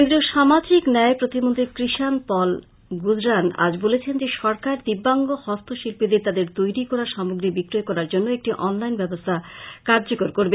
কেন্দ্রীয় সামাজিক ন্যায় প্রতিমন্ত্রী কৃষান পল গুজরান আজ বলেছেন যে সরকার দিব্যাংগ হস্ত শিল্পীদের তাদের তৈরী করা সামগ্রী বিক্রয় করার জন্য একটি অনলাইন ব্যবস্থা কার্যকর করবে